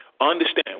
understand